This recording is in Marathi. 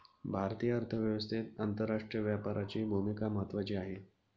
भारतीय अर्थव्यवस्थेत आंतरराष्ट्रीय व्यापाराची भूमिका महत्त्वाची आहे